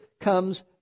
comes